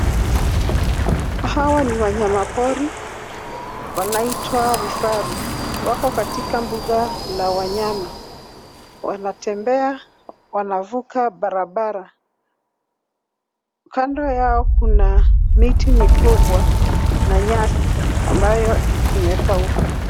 Hawa ni wanyamapori wanaitwa vifaru. Wako katika mbuga la wanyama. Wanatembea. Wanavuka barabara. Kando yao kuna miti mikubwa na nyasi ambayo imekauka.